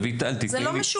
אני כבר אומר לכם, זה לא סופי.